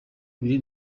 bibiri